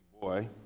boy